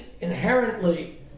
inherently